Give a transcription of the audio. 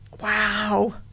wow